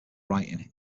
writing